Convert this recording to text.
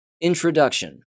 Introduction